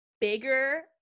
bigger